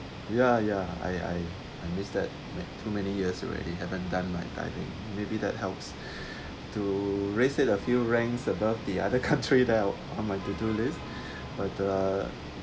ya ya I I I miss that too many years already haven't done my diving maybe that helps to raise it a few ranks above the other country that it out on my to do list but the